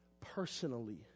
personally